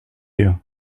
you